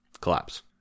collapse